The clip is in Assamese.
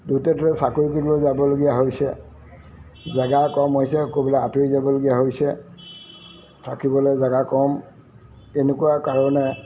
দুটা দূৰত চাকৰি কৰিবলৈ যাবলগীয়া হৈছে জেগা কম হৈছে ক'ৰবালৈ আঁতৰি যাবলগীয়া হৈছে থাকিবলৈ জেগা কম এনেকুৱা কাৰণে